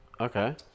Okay